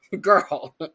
Girl